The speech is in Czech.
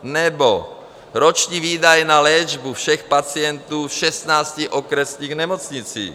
Nebo roční výdaje na léčbu všech pacientů v 16 okresních nemocnicích.